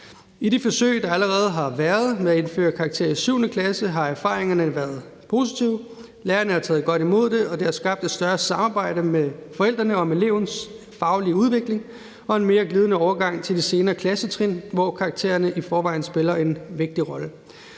I de forsøg, der allerede er blevet foretaget, med at indføre karakterer i 7. klasse, har erfaringerne været positive. Lærerne har taget godt imod det, og det har skabt et større samarbejde med forældrene om elevens faglige udvikling og en mere glidende overgang til de senere klassetrin, hvor karaktererne i forvejen spiller en vigtig rolle.